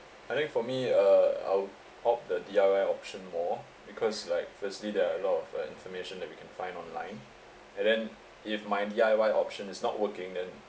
I think for me uh I'll opt the D_I_Y option more because like firstly there are a lot of uh information that we can find online and then if mine D_I_Y option is not working then